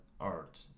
art